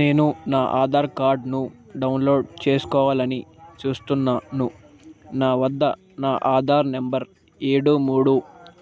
నేను నా ఆధార్కార్డును డౌన్లోడ్ చేసుకోవాలని చూస్తున్నాను నా వద్ద నా ఆధార్ నంబర్ ఏడు మూడు